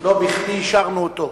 ולא בכדי אישרנו אותו.